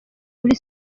kuri